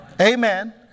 Amen